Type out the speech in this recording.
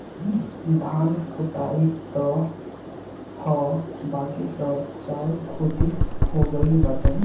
धान कुटाइल तअ हअ बाकी सब चाउर खुद्दी हो गइल बाटे